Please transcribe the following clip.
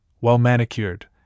well-manicured